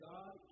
God